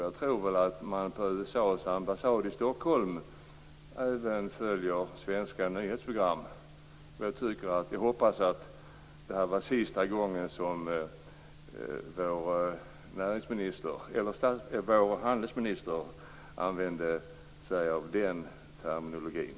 Jag tror väl att man på USA:s ambassad i Stockholm även följer svenska nyhetsprogram, och jag hoppas att det här var sista gången som vår handelsminister använde sig av den terminologin.